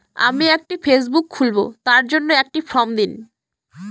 আমি একটি ফেসবুক খুলব তার জন্য একটি ফ্রম দিন?